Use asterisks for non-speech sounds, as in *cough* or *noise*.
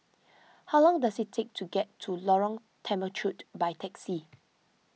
*noise* how long does it take to get to Lorong Temechut by taxi